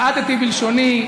מעדתי בלשוני,